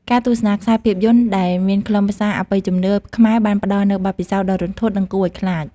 ការទស្សនាខ្សែភាពយន្តដែលមានខ្លឹមសារអបិយជំនឿខ្មែរបានផ្តល់នូវបទពិសោធន៍ដ៏រន្ធត់និងគួរឲ្យខ្លាច។